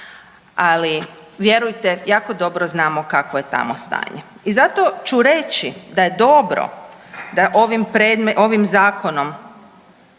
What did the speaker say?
Ali, vjerujte jako dobro znamo kakvo je tamo stanje i zato ću reći da je dobro da ovim Zakonom